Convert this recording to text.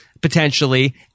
potentially